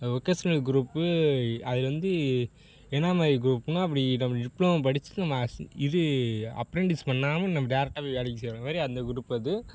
அது occasional group அதில் வந்து என்ன மாதிரி க்ரூப்னால் அப்படி நம்ம டிப்ளமோ படிச்சுட்டு நம்ம ஹஸ் இது அப்ரண்டிஸ் பண்ணாமல் நம்ம டைரக்ட்டாக போய் வேலைக்கு சேர்கிற மாதிரி அந்த க்ரூப்பு அது